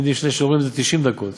מצמידים שני שיעורים זה 90 דקות.